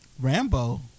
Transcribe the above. Rambo